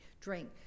drink